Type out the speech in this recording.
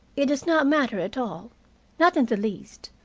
it does not matter at all not in the least,